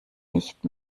nicht